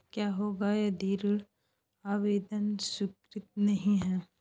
क्या होगा यदि ऋण आवेदन स्वीकृत नहीं है?